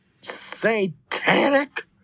satanic